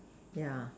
yeah